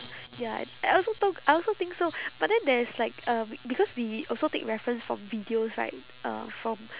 ya I I also thought I also think so but then there is like uh be~ because we also take reference from videos right uh from